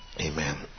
Amen